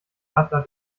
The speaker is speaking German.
adler